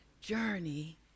journey